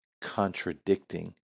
contradicting